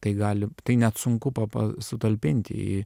tai gali tai net sunku pa pa sutalpint į